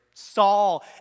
Saul